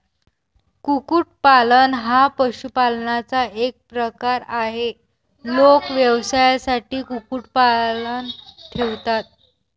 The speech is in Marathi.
कुक्कुटपालन हा पशुपालनाचा एक प्रकार आहे, लोक व्यवसायासाठी कुक्कुटपालन ठेवतात